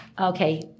Okay